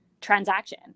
transaction